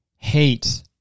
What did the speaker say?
Hate